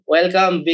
Welcome